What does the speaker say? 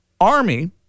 Army